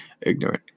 ignorant